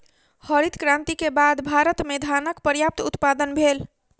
हरित क्रांति के बाद भारत में धानक पर्यात उत्पादन भेल